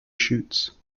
shoots